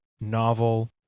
novel